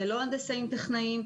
זה לא הנדסאים וטכנאים.